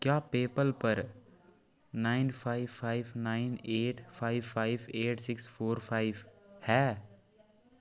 क्या पेऽपाल पर nine five five nine eight five five eight six four file है